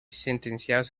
sentenciados